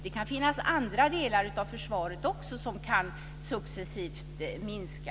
Det kan också finnas andra delar av försvaret som kan successivt minska.